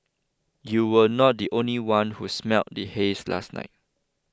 you were not the only one who smelled the haze last night